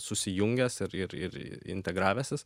susijungęs ir ir ir integravęsis